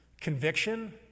Conviction